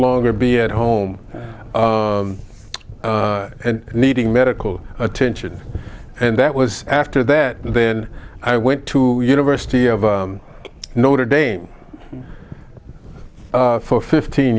longer be at home and needing medical attention and that was after that then i went to university of notre dame for fifteen